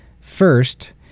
first